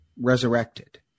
resurrected